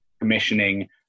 commissioning